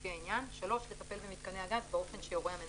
לפי העניין; לטפל במיתקני הגז באופן שיורה המנהל.